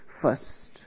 First